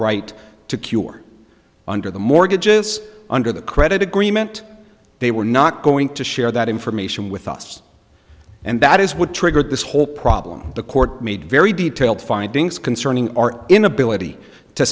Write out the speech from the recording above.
right to cure under the mortgages under the credit agreement they were not going to share that information with us and that is what triggered this whole problem the court made very detailed findings concerning our inability to